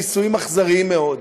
ניסויים אכזריים מאוד,